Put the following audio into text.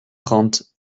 trente